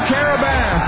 Caravan